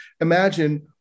imagine